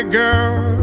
girl